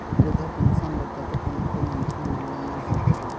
वृद्धा पेंशन बर कतेक उम्र के मनखे मन ल मिल सकथे?